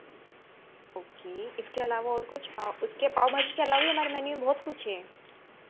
okay इसके अलावा और कुछ पाव उसके पाव भाजी के अलावा हमारे मेन्यू में बहुत कुछ है